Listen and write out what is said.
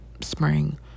spring